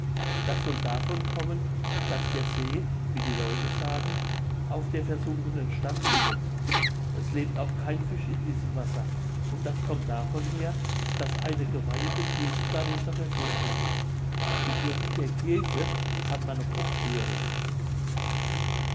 das soll davon kommen daß der see wie die leute sagen auf der versunkenen stadt ruhet es lebt auch kein fisch in diesem wasser und das kommt davon her daß eine geweihete kirche darunter versunken ist die glocken der kirche kann man noch oft hören